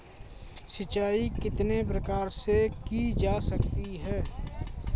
सिंचाई कितने प्रकार से की जा सकती है?